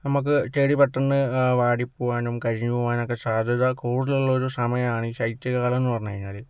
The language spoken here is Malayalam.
നമ്മക്ക് ചെടി പെട്ടന്ന് വാടി പോകാനും കരിഞ്ഞു പോകാനുമൊക്കെ സാധ്യത കൂടുതലുള്ള ഒരു സമയാണ് ഈ ശൈത്യകാലംന്ന് പറഞ്ഞ് കഴിഞ്ഞാല്